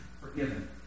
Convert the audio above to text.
forgiven